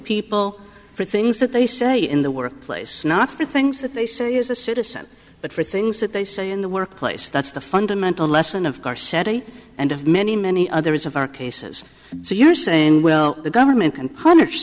people for things that they say in the workplace not for things that they say is a citizen but for things that they say in the workplace that's the fundamental lesson of car setit and of many many others of our cases so you're saying well the government and pun